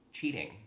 cheating